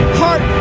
heart